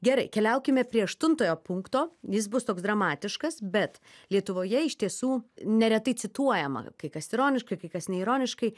gerai keliaukime prie aštuntojo punkto jis bus toks dramatiškas bet lietuvoje iš tiesų neretai cituojama kai kas ironiškai kai kas ne ironiškai